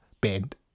bend